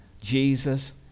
Jesus